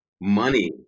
money